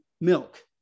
milk